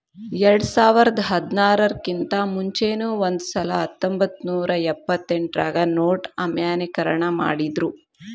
ಎರ್ಡ್ಸಾವರ್ದಾ ಹದ್ನಾರರ್ ಕಿಂತಾ ಮುಂಚೆನೂ ಒಂದಸಲೆ ಹತ್ತೊಂಬತ್ನೂರಾ ಎಪ್ಪತ್ತೆಂಟ್ರಾಗ ನೊಟ್ ಅಮಾನ್ಯೇಕರಣ ಮಾಡಿದ್ರು